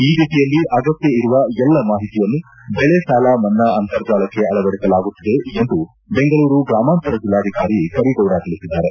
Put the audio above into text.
ಈ ದಿಸೆಯಲ್ಲಿ ಅಗತ್ತ ಇರುವ ಎಲ್ಲ ಮಾಹಿತಿಯನ್ನು ಬೆಳೆ ಸಾಲ ಮನ್ನಾ ಅಂತರ್ಜಾಲಕ್ಕೆ ಅಳವಡಿಸಲಾಗುತ್ತಿದೆ ಎಂದು ಬೆಂಗಳೂರು ಗ್ರಾಮಾಂತರ ಜಿಲ್ಲಾಧಿಕಾರಿ ಕರೀಗೌಡ ತಿಳಿಸಿದ್ದಾರೆ